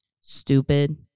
stupid